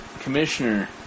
Commissioner